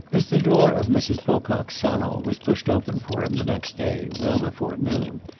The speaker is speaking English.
as the door of mrs. pocock's salon was pushed open for him, the next day, well before noon,